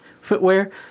footwear